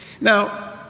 Now